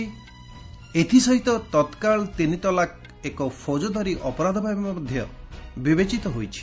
ଏଥିସହିତ ତତକାଳ ତିନି ତଲାକ୍ ଏକ ଫୌଜଦାରୀ ଅପରାଧ ଭାବେ ବିବେଚିତ ହୋଇଛି